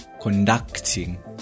Conducting